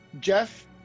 Jeff